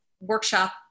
Workshop